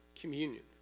communion